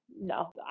no